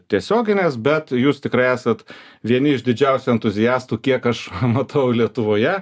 tiesioginės bet jūs tikrai esat vieni iš didžiausių entuziastų kiek aš matau lietuvoje